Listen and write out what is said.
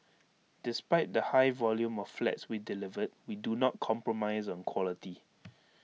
despite the high volume of flats we delivered we do not compromise on quality